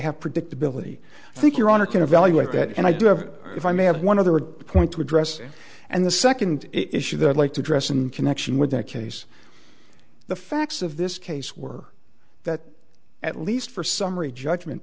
have predictability i think your honor can evaluate that and i do have if i may have one other point to address and the second issue that i'd like to dress in connection with that case the facts of this case were that at least for summary judgment